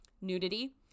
Nudity